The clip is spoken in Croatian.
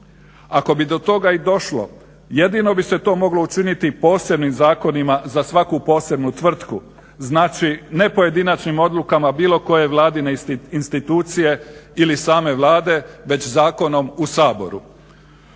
Ako bi do toga i došlo jedino bi se to moglo učiniti i posebnim zakonima za svaku posebnu tvrtku. Znači, ne pojedinačnim odlukama bilo koje vladine institucije ili same Vlade već zakonom u Saboru.